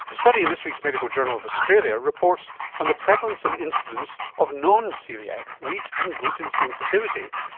a study in this week's medical journal of australia reports on the prevalence and incidence of non-coeliac wheat and gluten sensitivity,